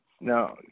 No